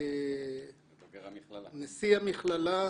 ברשותך,